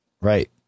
right